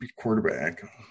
quarterback